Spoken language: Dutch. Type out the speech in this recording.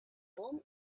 bom